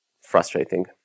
frustrating